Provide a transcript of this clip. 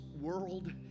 world